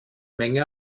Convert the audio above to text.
menge